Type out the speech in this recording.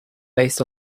based